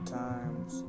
times